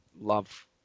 love